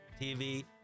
TV